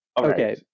okay